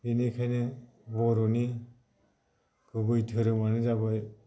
बेनिखायनो बर'नि गुबै धोरोमानो जाबाय